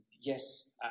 yes